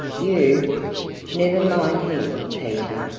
you never mind him, peter,